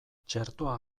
txertoa